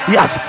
Yes